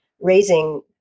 raising